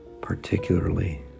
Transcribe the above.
particularly